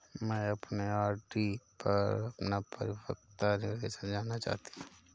मैं अपने आर.डी पर अपना परिपक्वता निर्देश जानना चाहती हूँ